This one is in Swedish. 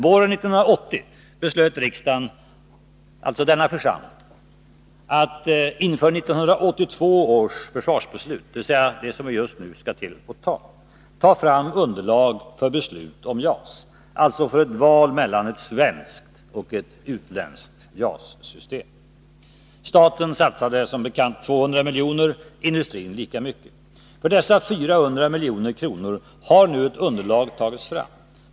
Våren 1980 beslöt riksdagen — alltså denna församling — att inför 1982 års försvarsbeslut — dvs. just det vi nu skall fatta — ta fram underlag för beslut om JAS -— alltså för ett val mellan ett svenskt och ett utländskt JAS-system. Staten satsade som bekant 200, industrin lika mycket, 200 milj.kr. För dessa 400 milj.kr. har nu ett underlag tagits fram.